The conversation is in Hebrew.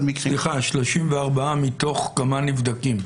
34 מתוך כמה נבדקים?